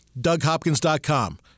DougHopkins.com